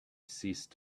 ceased